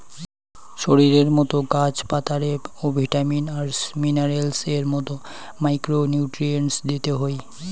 শরীরের মতো গাছ পাতারে ও ভিটামিন আর মিনারেলস এর মতো মাইক্রো নিউট্রিয়েন্টস দিতে হই